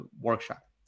workshop